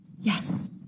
yes